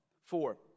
Four